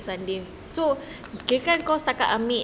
so ni kan setakat ambil like